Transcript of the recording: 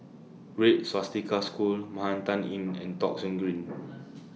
Red Swastika School Manhattan Inn and Thong Soon Green